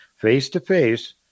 face-to-face